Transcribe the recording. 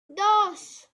dos